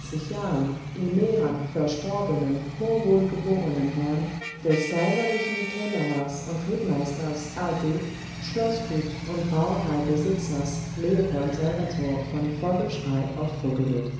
in meran verstorbenen hochwohlgeborenen herrn des k kämmerers und rittmeisters a d schloßgut und brauereibesitzers leopold salvator von vogelschrey